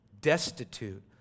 destitute